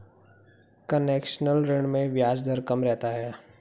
concessional ऋण में ब्याज दर कम रहता है